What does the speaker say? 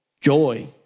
Joy